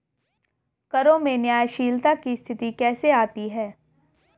करों में न्यायशीलता की स्थिति कैसे आती है?